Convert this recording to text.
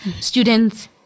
students